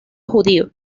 judío